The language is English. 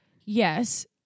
Yes